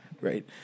right